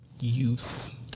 Use